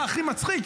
מה הכי מצחיק,